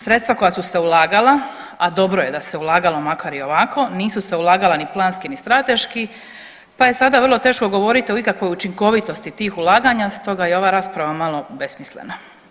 Sredstva koja su se ulagala, a dobro je da su se ulagala makar i ovako, nisu se ulagala ni planski ni strateški pa je sada vrlo teško govoriti o ikakvoj učinkovitosti tih ulaganja stoga je i ova rasprava malo besmislena.